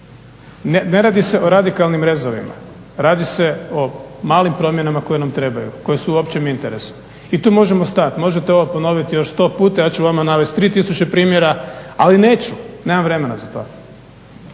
Ne radi se o radikalnim rezovima. Radi se o malim promjenama koje nam trebaju, koje su u općem interesu, i tu možemo stat. Možete ovo ponoviti još sto puta, ja ću vama navest tri tisuće primjera ali neću, nemam vremena za to.